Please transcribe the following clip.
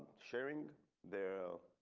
sharing their.